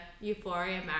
euphoria